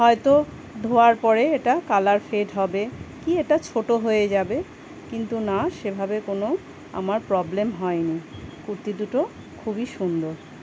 হয়তো ধোয়ার পরে এটা কালার ফেড হবে কী এটা ছোটো হয়ে যাবে কিন্তু না সেভাবে কোনও আমার প্রব্লেম হয় নি কুর্তি দুটো খুবই সুন্দর